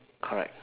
correct